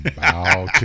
Wow